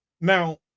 now